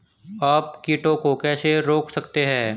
आप कीटों को कैसे रोक सकते हैं?